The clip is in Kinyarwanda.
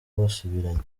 basubiranye